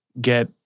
get